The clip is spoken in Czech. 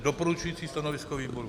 Doporučující stanovisko výboru.